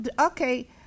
okay